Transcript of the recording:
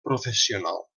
professional